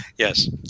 Yes